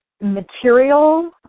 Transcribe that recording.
material